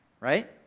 right